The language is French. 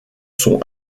sont